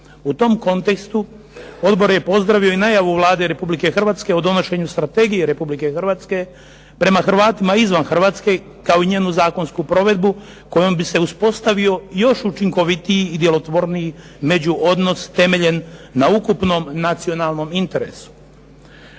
U tom kontekstu odbor je pozdravio i najavu Vlade Republike Hrvatske o donošenju strategije Republike Hrvatske prema Hrvatima izvan Hrvatske, kao i njenu zakonsku provedbu kojom bi se uspostavio još učinkovitiji i djelotvorniji međuodnos temeljen na ukupnom nacionalnom interesu.